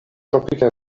tropikaj